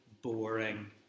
Boring